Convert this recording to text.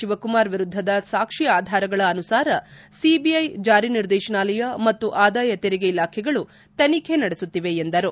ಶಿವಕುಮಾರ್ ವಿರುದ್ದದ ಸಾಕ್ಷಿ ಆಧಾರಗಳ ಅನುಸಾರ ಸಿಬಿಐ ಜಾರಿ ನಿರ್ದೇಶನಾಲಯ ಮತ್ತು ಆದಾಯ ತೆರಿಗೆ ಇಲಾಖೆಗಳು ತನಿಖೆ ನಡೆಸುತ್ತಿವೆ ಎಂದರು